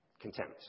Contempt